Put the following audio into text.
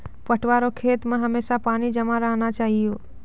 पटुआ रो खेत मे हमेशा पानी जमा रहना चाहिऔ